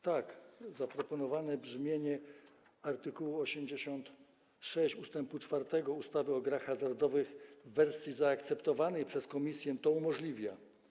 Tak, zaproponowane brzmienie art. 86 ust. 4 ustawy o grach hazardowych w wersji zaakceptowanej przez komisję to umożliwia.